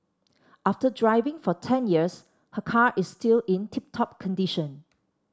after driving for ten years her car is still in tip top condition